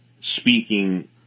speaking